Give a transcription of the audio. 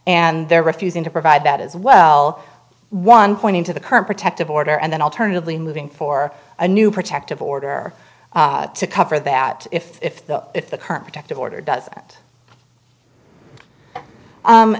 they're refusing to provide that as well one pointing to the current protective order and then alternatively moving for a new protective order to cover that if if the if the current protective order does that